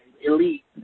elite